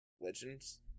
legends